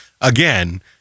again